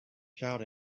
child